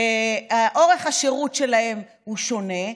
אורך השירות שלהם הוא שונה?